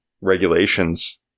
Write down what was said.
regulations